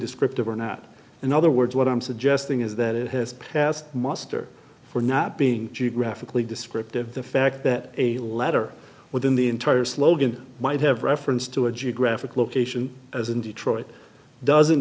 descriptive or not in other words what i'm suggesting is that it has passed muster for not being geographically descriptive the fact that a letter within the entire slogan might have reference to a geographic location as in detroit doesn't